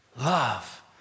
Love